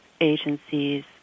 agencies